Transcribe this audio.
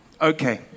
Okay